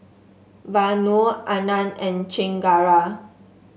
Vanu Anand and Chengara